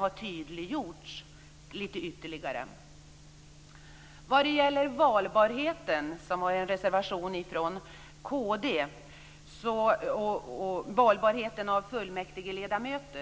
har tydliggjorts ytterligare här i kammaren. En reservation från Kristdemokraterna gäller fullmäktigeledamöters valbarhet.